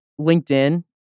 LinkedIn